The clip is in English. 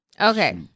Okay